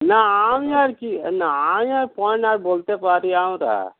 না আমি আর কি না আমি আর পয়েন্ট আর বলতে পারি আমরা